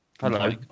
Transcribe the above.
Hello